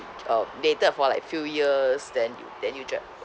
uh dated for like few years then you then you joint